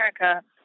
America